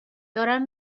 دارم